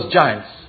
giants